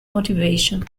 motivation